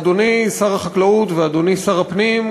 אדוני שר החקלאות ואדוני שר הפנים,